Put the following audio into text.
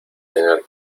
tener